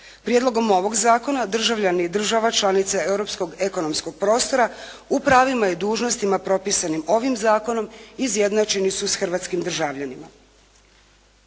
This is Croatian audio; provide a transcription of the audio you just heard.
Prijedlogom ovog zakona državljani i država članice Europskog ekonomskog prostora u pravima i dužnostima propisanim ovim zakonom izjednačeni su sa hrvatskim državljanima.